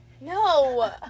No